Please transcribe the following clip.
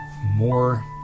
more